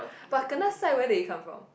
but kanasai where did it come right